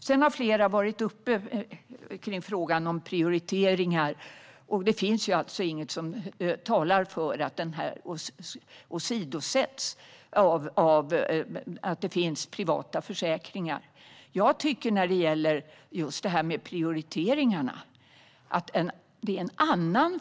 Flera har tagit upp frågan om prioriteringar. Det finns ju inget som talar för att detta åsidosätts genom att det finns privata försäkringar. Det har ingen kunnat påvisa.